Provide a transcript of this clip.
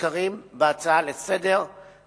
שמוזכרים בהצעה לסדר-היום,